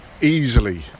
easily